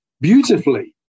beautifully